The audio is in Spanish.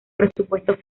presupuesto